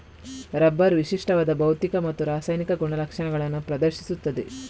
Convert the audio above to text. rubber ವಿಶಿಷ್ಟವಾದ ಭೌತಿಕ ಮತ್ತು ರಾಸಾಯನಿಕ ಗುಣಲಕ್ಷಣಗಳನ್ನು ಪ್ರದರ್ಶಿಸುತ್ತದೆ